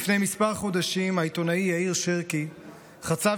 לפני כמה חודשים העיתונאי יאיר שרקי חצב